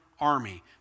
army